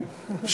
בדרך כלל בפורים.